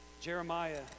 Jeremiah